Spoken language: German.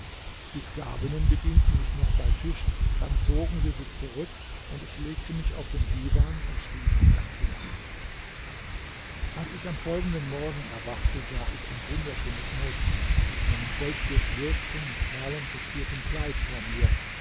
die sklavinnen bedienten mich noch bei tisch dann zogen sie sich zurück und ich legte mich auf den divan und schlief die ganze nacht als ich am folgenden morgen erwachte sah ich ein wunderschönes mädchen in einem golddurchwirkten mit perlen verziertem kleid vor mir